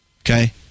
Okay